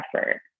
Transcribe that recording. effort